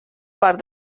part